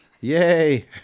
yay